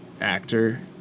actor